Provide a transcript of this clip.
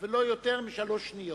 ולא יותר משלוש שניות.